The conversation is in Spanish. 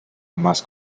más